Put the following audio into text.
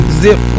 zip